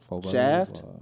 Shaft